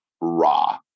raw